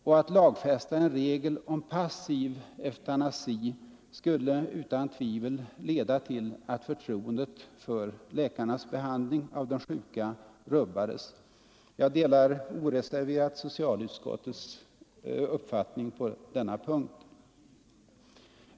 Och ett lagfästande av en regel om passiv eutanasi skulle utan tvivel leda till att förtroendet för läkarnas behandlig av de sjuka rubbades. Jag delar oreserverat socialutskottets uppfattning på denna punkt.